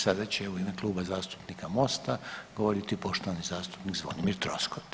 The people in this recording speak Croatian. Sada će u ime Kluba zastupnika Mosta govoriti poštovani zastupnik Zvonimir Troskot.